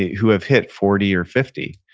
who have hit forty or fifty.